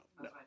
no